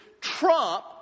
trump